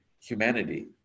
humanity